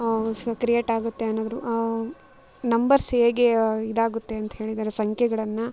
ಸ್ ಕ್ರಿಯೆಟ್ ಆಗತ್ತೆ ಅನ್ನೋದ್ರ ನಂಬರ್ಸ್ ಹೇಗೆ ಇದಾಗುತ್ತೆ ಅಂತ ಹೇಳಿದ್ದಾರೆ ಸಂಖ್ಯೆಗಳನ್ನ